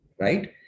right